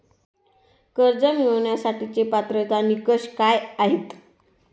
कर्ज मिळवण्यासाठीचे पात्रता निकष काय आहेत?